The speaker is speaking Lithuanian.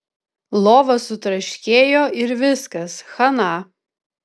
lova sutraškėjo ir viskas chana